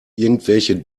irgendwelche